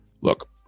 Look